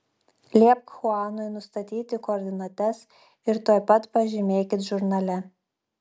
liepk chuanui nustatyti koordinates ir tuoj pat pažymėkit žurnale